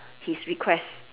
his request